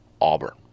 Auburn